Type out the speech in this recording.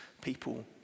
people